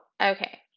Okay